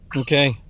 Okay